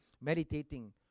meditating